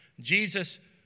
Jesus